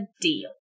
deal